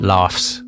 Laughs